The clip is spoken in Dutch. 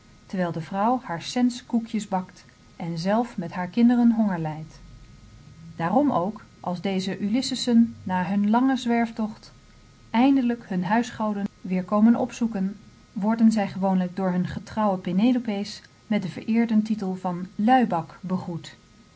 terwijl de vrouw haar cents koekjes bakt en zelve met hare kinderen honger lijdt daarom ook als deze ulyssessen na hun langen zwerftocht eindelijk hunne huisgoden weder komen opzoeken worden zij gewoonlijk door hunne getrouwe penélopé's met den vereerenden titel van luibak begroet